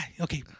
okay